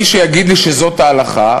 מי שיגיד לי שזאת ההלכה,